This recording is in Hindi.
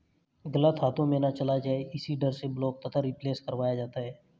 गलत हाथों में ना चला जाए इसी डर से ब्लॉक तथा रिप्लेस करवाया जाता है